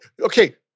okay